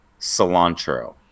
cilantro